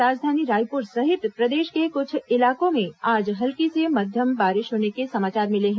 राजधानी रायपुर सहित प्रदेश के कुछ इलाकों में आज हल्की से मध्यम बारिश होने के समाचार मिले हैं